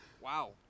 Wow